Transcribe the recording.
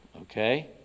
okay